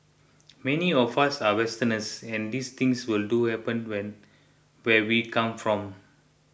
many of us are Westerners and these things would do happen when where we come from